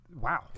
wow